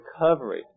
recovery